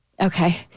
Okay